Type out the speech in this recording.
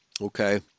Okay